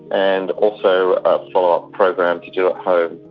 and also a follow-up program to do at home.